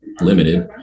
limited